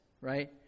right